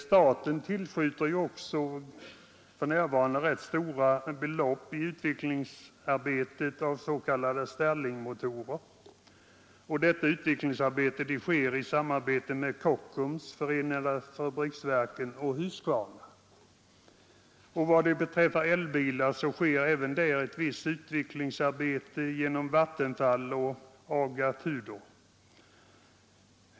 Staten tillskjuter också för närvarande rätt stora belopp i utvecklingsarbetet på s.k. stirlingmotorer. Detta utvecklingsarbete sker i samarbete med Kockums, förenade fabriksverken och Husqvarna. Även beträffande elbilar sker ett visst utvecklingsarbete genom Vattenfall och AGA-Tudor.